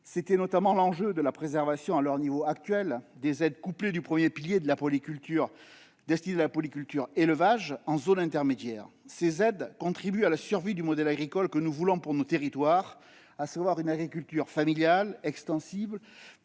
était notamment l'enjeu de la préservation, à leur niveau actuel, des aides couplées du premier pilier destinées à la polyculture-élevage en zones intermédiaires. Celles-ci contribuent à la survie du modèle agricole que nous voulons pour nos territoires, à savoir une agriculture familiale, extensive,